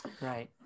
right